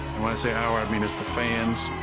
and when i say our i mean it's the fans.